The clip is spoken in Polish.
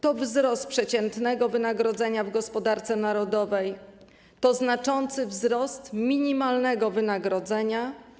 To wzrost przeciętnego wynagrodzenia w gospodarce narodowej, to znaczący wzrost minimalnego wynagrodzenia.